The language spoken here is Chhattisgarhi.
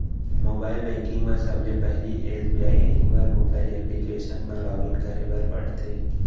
मोबाइल बेंकिंग म सबले पहिली एस.बी.आई एनिवर मोबाइल एप्लीकेसन म लॉगिन करे बर परथे